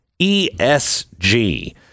ESG